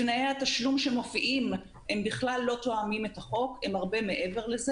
תנאי התשלום שמופיעים בכלל לא תואמים את החוק והם הרבה מעבר לו.